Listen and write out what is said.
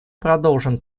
продолжим